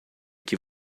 que